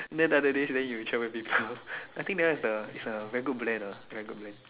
then other days then you travel with people I think that one is a is a very good plan very good plan